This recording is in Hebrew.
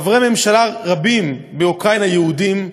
חברי ממשלה רבים באוקראינה יהודים,